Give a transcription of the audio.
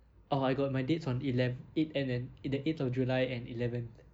oh I got my dates on elev~ eighth and and eighth of july and eleventh